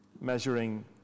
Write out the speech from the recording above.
measuring